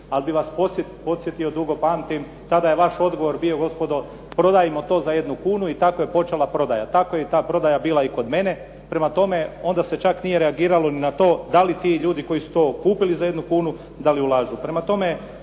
Ali bih vas podsjetio, dugo pamtim, tada je vaš odbor bio gospodo prodajmo to za 1 kunu i tako je počela prodaja. Tako je i ta prodaja bila i kod mene, prema tome onda se čak nije reagiralo ni na to da li ti ljudi koji su to kupili za jednu kunu, da li ulažu.